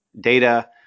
data